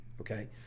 okay